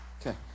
Okay